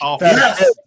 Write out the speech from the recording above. Yes